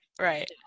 right